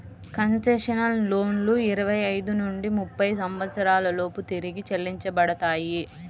concessional లోన్లు ఇరవై ఐదు నుంచి ముప్పై సంవత్సరాల లోపు తిరిగి చెల్లించబడతాయి